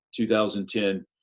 2010